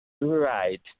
Right